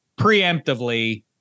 preemptively